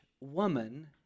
woman